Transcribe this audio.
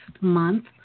month